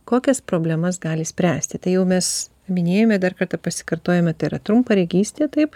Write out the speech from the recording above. kokias problemas gali spręsti tai jau mes minėjome dar kartą pasikartojome trumparegystė taip